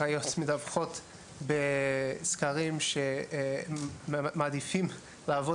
אחיות מדווחות בסקרים שהן מעדיפות לעבוד